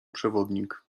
przewodnik